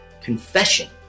confession